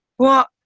well,